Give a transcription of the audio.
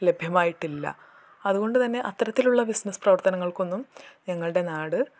ലഭ്യമായിട്ടില്ല അത്കൊണ്ട് തന്നെ അത്തരത്തിലുള്ള ബിസ്നസ്സ് പ്രവർത്തനങ്ങൾക്കൊന്നും ഞങ്ങളുടെ നാട്